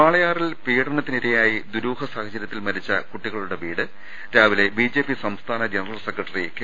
വാളയാറിൽ പീഡനത്തിനിരയായി ദൂരൂഹ സാഹചരൃത്തിൽ മരിച്ച കൂട്ടികളുടെ വീട് രാവിലെ ബിജെപി സംസ്ഥാന ജനറൽ സെക്രട്ടറി കെ